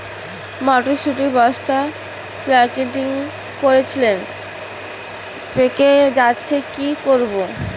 মটর শুটি বস্তা প্যাকেটিং করেছি পেকে যাচ্ছে কি করব?